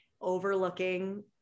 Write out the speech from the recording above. overlooking